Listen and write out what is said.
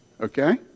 Okay